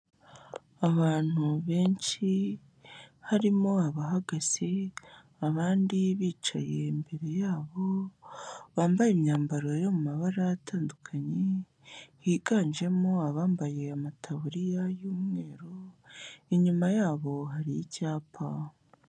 Abantu benshi, harimo abahagaze, abandi bicaye imbere yabo, bambaye imyambaro yo mabara atandukanye, higanjemo abambaye amataburiya y'umweru, inyuma yabo hari icyapa.